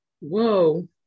Whoa